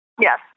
Yes